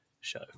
show